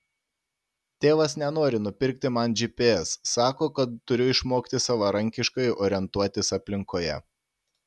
tėvas nenori nupirkti man gps sako kad turiu išmokti savarankiškai orientuotis aplinkoje